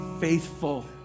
faithful